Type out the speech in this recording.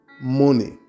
money